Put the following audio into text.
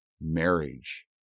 marriage